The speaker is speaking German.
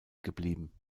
geblieben